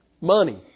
Money